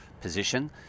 position